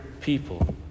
people